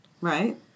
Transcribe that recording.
Right